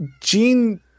Gene